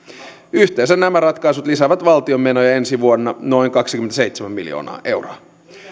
yhteensä nämä ratkaisut lisäävät valtion menoja ensi vuonna noin kaksikymmentäseitsemän miljoonaa euroa